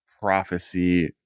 prophecy